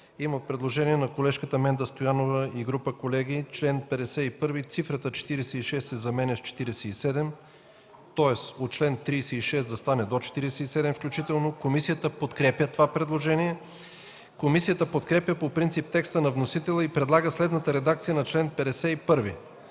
Има предложение на колежката Менда Стоянова и група колеги – в чл. 51 цифрата „46” се заменя с „47”, тоест от чл. 36 да стане до чл. 47, включително. Комисията подкрепя предложението. Комисията подкрепя по принцип текста на вносителя и предлага следната редакция на чл. 51: